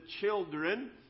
children